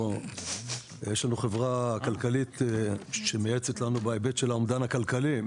יש לנו חברה כלכלית שמייעצת לנו בהיבט של האומדן הכלכלי.